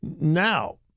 Now